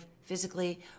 physically